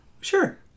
Sure